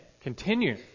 continue